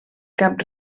cap